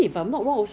A&W lor